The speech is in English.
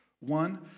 One